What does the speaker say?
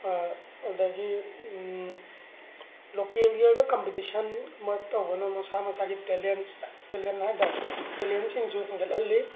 ꯑꯗꯒꯤ ꯂꯣꯀꯦꯜꯒꯤ ꯑꯣꯏꯕ ꯀꯝꯄꯤꯇꯤꯁꯟ ꯑꯃ ꯇꯧꯕꯅ ꯃꯁꯥ ꯃꯁꯥꯒꯤ ꯇꯦꯂꯦꯟꯁ ꯇꯦꯂꯦꯟ ꯍꯥꯏꯇꯥꯔꯦ ꯇꯦꯂꯦꯟꯁꯤꯡꯁꯨ ꯍꯦꯟꯒꯠꯍꯜꯂꯤ